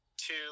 Two